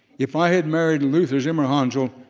if i had married luther zimmerhansel,